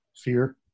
Fear